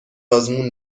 آزمون